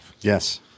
Yes